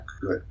good